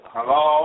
Hello